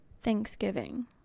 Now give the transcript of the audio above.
Thanksgiving